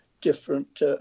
different